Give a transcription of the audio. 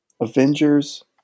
Avengers